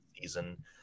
season